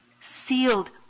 Sealed